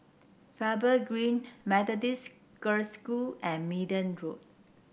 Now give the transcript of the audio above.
Faber Green Methodist Girls' School and Minden Road